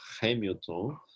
Hamilton